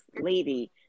lady